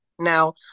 Now